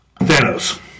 Thanos